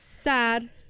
Sad